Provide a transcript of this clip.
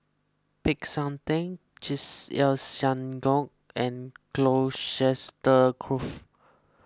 Peck San theng Chesed El Synagogue and Colchester Grove